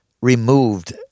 removed